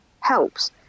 helps